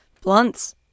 Blunts